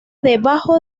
debajo